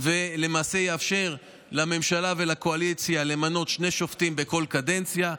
למעשה זה יאפשר לממשלה ולקואליציה למנות שני שופטים בכל קדנציה.